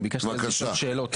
אני ביקשתי לשאול שאלות,